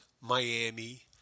Miami